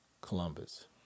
Columbus